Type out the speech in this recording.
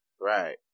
Right